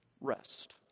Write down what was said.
rest